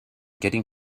getting